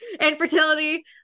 infertility